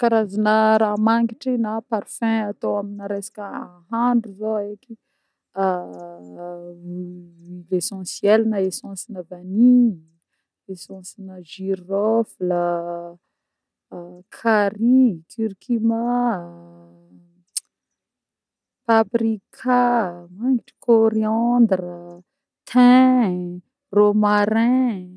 Karazagna raha mangitry na parfum atô amina resaka ahandro zô eky: huile essentiel na essence vanilly, essence girofla, carry, curcuma, paprika mangitry coriandre, thyn, romarin